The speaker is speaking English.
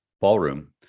ballroom